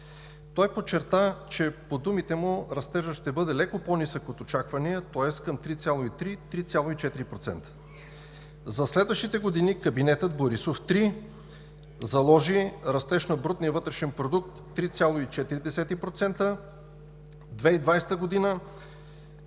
Той подчерта, че по думите му растежът ще бъде леко по нисък от очаквания, тоест към 3,3 – 3,4%. За следващите години кабинетът Борисов 3 заложи растеж на брутния вътрешен продукт – 3,4% за 2020 г.,